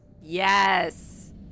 Yes